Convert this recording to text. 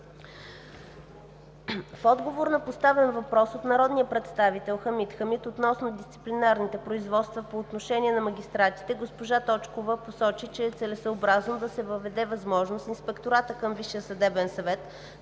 В отговор на поставен въпрос от народния представител Хамид Хамид относно дисциплинарните производства по отношение на магистратите госпожа Точкова посочи, че е целесъобразно да се въведе възможност ИВСС